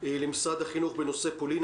נגד משרד החינוך בנושא פולין.